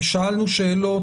שאלנו שאלות,